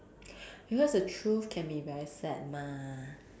because the truth can be very sad mah